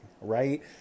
right